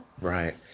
Right